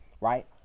Right